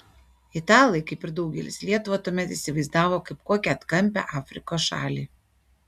italai kaip ir daugelis lietuvą tuomet įsivaizdavo kaip kokią atkampią afrikos šalį